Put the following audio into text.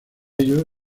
ello